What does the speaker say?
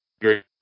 great